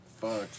Fuck